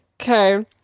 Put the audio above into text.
Okay